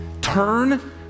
turn